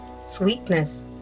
sweetness